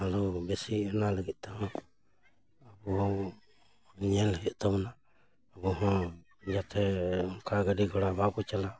ᱟᱞᱚ ᱵᱮᱥᱤ ᱚᱱᱟ ᱞᱟᱹᱜᱤᱫ ᱛᱮᱦᱚᱸ ᱟᱵᱚᱦᱚᱸ ᱧᱮᱞ ᱦᱩᱭᱩᱜ ᱛᱟᱵᱚᱱᱟ ᱟᱵᱚᱦᱚᱸ ᱡᱟᱛᱮ ᱚᱱᱠᱟ ᱜᱟᱹᱰᱤ ᱜᱷᱚᱲᱟ ᱵᱟᱠᱚ ᱪᱟᱞᱟᱣ